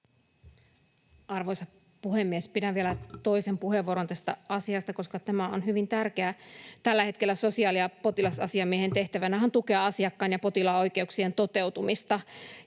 Arvoisa puhemies! Pidän vielä toisen puheenvuoron tästä asiasta, koska tämä on hyvin tärkeä. Tällä hetkellä sosiaali- ja potilasasiamiehen tehtävänä on tukea asiakkaan ja potilaan oikeuksien toteutumista.